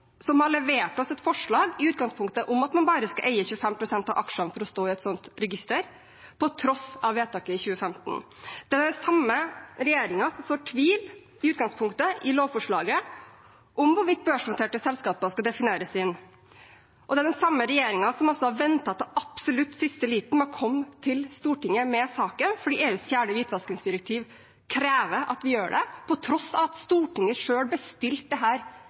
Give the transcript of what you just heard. som har levert et forslag – i utgangspunktet – om at man bare skal eie 25 pst. av aksjene for å stå i et sånt register, på tross av vedtaket i 2015. Det er den samme regjeringen som sår tvil – i utgangspunktet – i lovforslaget, om hvorvidt børsnoterte selskaper skal defineres inn. Og det er den samme regjeringen som altså har ventet til absolutt siste liten med å komme til Stortinget med saken – fordi EUs fjerde hvitvaskingsdirektiv krever at vi gjør det – på tross av at Stortinget